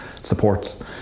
supports